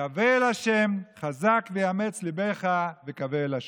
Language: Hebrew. קַוֵּה אל ה' חזק ויאמץ לבך וקוה אל ה'".